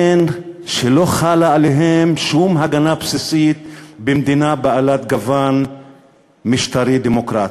שלא חלה עליהם שום הגנה בסיסית במדינה בעלת גוון משטרי דמוקרטי.